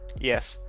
Yes